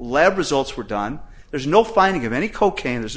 lebron salts were done there's no finding of any cocaine there's no